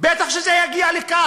בטח שזה יגיע לכך,